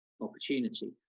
opportunity